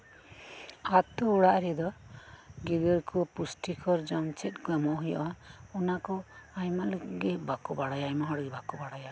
ᱟᱛᱳ ᱚᱲᱟᱜ ᱨᱮᱫᱚ ᱜᱤᱫᱽᱨᱟᱹ ᱠᱚ ᱯᱩᱥᱴᱤᱠᱚᱨ ᱡᱚᱢ ᱪᱮᱫ ᱠᱚ ᱡᱚᱢ ᱦᱚᱪᱚ ᱠᱚ ᱦᱩᱭᱩᱜᱼᱟ ᱚᱱᱟ ᱠᱚ ᱟᱭᱢᱟ ᱜᱮ ᱵᱟᱠᱚ ᱵᱟᱲᱟᱭᱟ ᱟᱭᱢᱟ ᱦᱚᱲ ᱜᱮ ᱵᱟᱠᱚ ᱵᱟᱲᱟᱭᱟ